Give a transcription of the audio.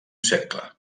cercle